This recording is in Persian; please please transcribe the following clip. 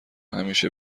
همیشه